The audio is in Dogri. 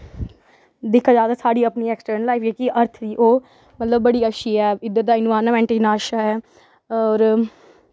दिक्खी लैओ साढ़ी अपनी ऐक्सटर्नल लाईफ अर्थ दी ओह् मतलब बड़ी अच्छी ऐ इध्दर दा इनवाईनामैंट इन्ना अच्छा ऐ होर